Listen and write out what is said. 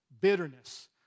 Bitterness